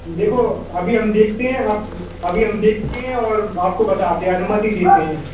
देखो अभी हम देखते हैं अभी हम देखते हैं और आपको बताते हैं अनुमति देते हैं